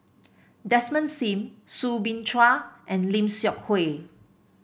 Desmond Sim Soo Bin Chua and Lim Seok Hui